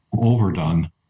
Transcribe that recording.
overdone